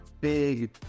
big